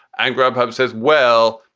and grubhub says, well,